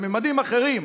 בממדים אחרים,